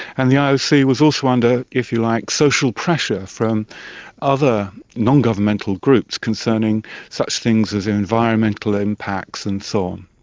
and the ah ioc was also under, if you like, social pressure from other non-governmental groups concerning such things as environmental impacts and so on.